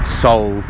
soul